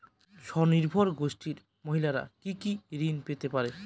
স্বনির্ভর গোষ্ঠীর মহিলারা কি কি ঋণ পেতে পারে?